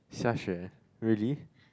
XiaXue really